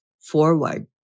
forward